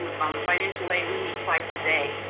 um financial aid, we meet twice a day,